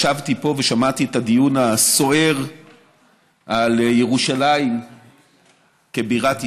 ישבתי פה ושמעתי את הדיון הסוער על ירושלים כבירת ישראל,